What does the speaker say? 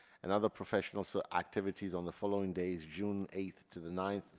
and other professional so activities on the following days june eighth to the ninth,